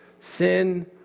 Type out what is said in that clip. Sin